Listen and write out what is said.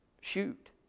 shoot